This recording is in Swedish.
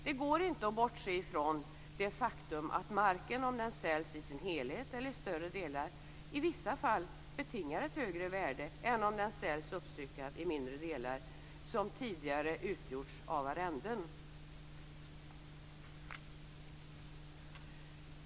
Det går inte att bortse från det faktum att marken, om den säljs i sin helhet eller i större delar, i vissa fall betingar ett högre värde än om den säljs uppstyckad i mindre delar som tidigare utgjorts av arrenden.